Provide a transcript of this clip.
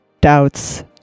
doubts